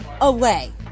away